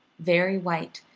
very white,